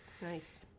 Nice